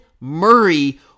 Murray